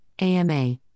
AMA